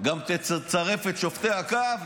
גם תצרף את שופטי הקו,